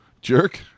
Jerk